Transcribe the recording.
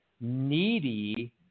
needy